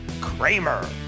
Kramer